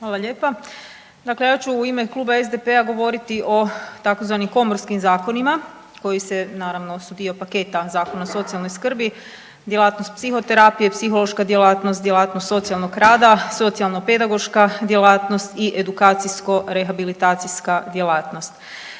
Hvala lijepa. Dakle, ja ću u ime Kluba zastupnika SDP-a govoriti o tzv. komorskim zakonima, koji se naravno, dio paketa zakona o socijalnoj skrbi, djelatnost psihoterapije, psihološka djelatnost, djelatnost socijalnog rada, socijalno-pedagoška djelatnost i edukacijsko-rehabilitacijska djelatnost.